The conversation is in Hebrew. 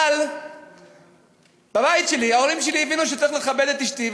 אבל בבית שלי ההורים שלי הבינו שצריך לכבד את אשתי,